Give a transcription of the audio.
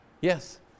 yes